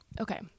Okay